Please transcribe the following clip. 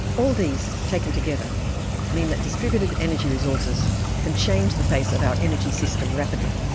all these taken together mean that distributed energy resources can change the face of our energy system rapidly,